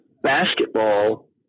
basketball